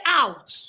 out